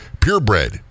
Purebred